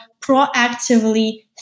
proactively